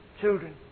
children